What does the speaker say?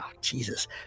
jesus